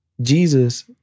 Jesus